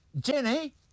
Jenny